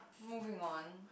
moving on